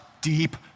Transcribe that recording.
deep